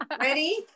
Ready